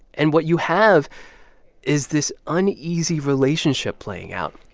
and what you have is this uneasy relationship playing out,